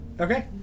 Okay